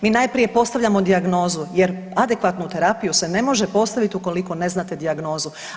Mi najprije postavljamo dijagnozu jer adekvatnu terapiju se ne može postaviti ukoliko ne znate dijagnozu.